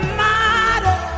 matter